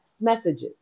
messages